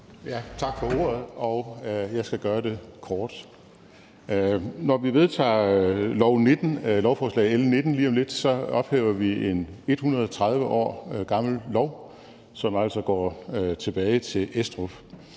Tak for ordet, og jeg skal gøre det kort. Når vi vedtager lovforslag L 19 lige om lidt, ophæver vi en 130 år gammel lov, som altså går tilbage til Estrup.